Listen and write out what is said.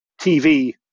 TV